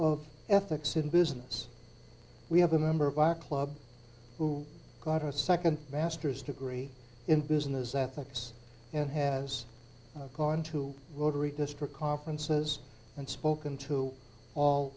of ethics in business we have a member of our club who got a second masters degree in business ethics and has gone to rotary district conferences and spoken to all